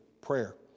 prayer